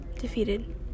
defeated